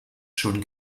schon